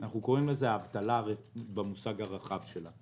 אנחנו קוראים לזה אבטלה במושג הרחב שלה.